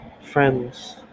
friends